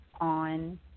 On